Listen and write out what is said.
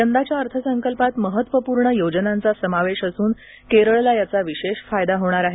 यंदाच्या अर्थसंकल्पात महत्त्वपूर्ण योजनांचा समावेश असून केरळला याचा विशेष फायदा होणार आहे